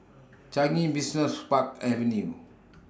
Changi Business Park Avenue